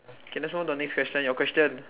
okay let's move on to the next question your question